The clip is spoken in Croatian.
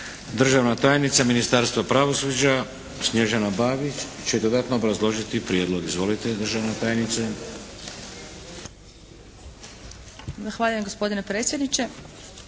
Državna tajnica Ministarstva pravosuđa Snježana Bagić će dodatno obrazložiti prijedlog. Izvolite državna tajnice. **Bagić, Snježana** Zahvaljujem gospodine predsjedniče,